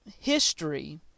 history